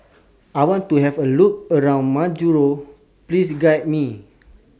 I want to Have A Look around Majuro Please Guide Me